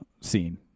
scene